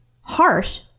harsh